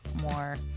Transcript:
more